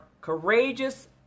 courageous